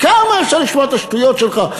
כמה אפשר לשמוע את השטויות שלך?